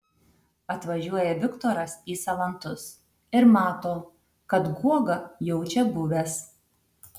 atvažiuoja viktoras į salantus ir mato kad guoga jau čia buvęs